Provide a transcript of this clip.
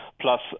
plus